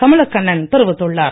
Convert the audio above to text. கமலக்கண்ணன் தெரிவித்துள்ளார்